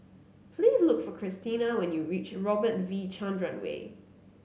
please look for Cristina when you reach Robert V Chandran Way